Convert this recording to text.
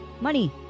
Money